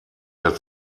der